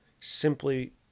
simply